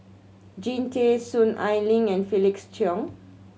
Jean Tay Soon Ai Ling and Felix Cheong